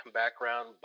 background